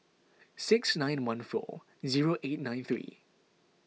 six nine one four zero eight nine three